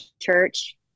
church